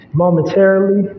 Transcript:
momentarily